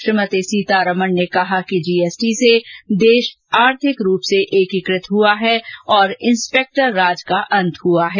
श्रीमती सीतारमण ने कहा कि जीएसटी से देश आर्थिक रूप से एकीकृत हुआ है और इन्स्पेक्टर राज का अंत हुआ है